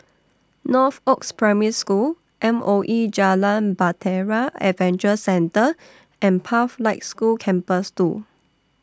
Northoaks Primary School M O E Jalan Bahtera Adventure Centre and Pathlight School Campus two